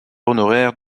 honoraire